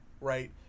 right